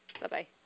Bye-bye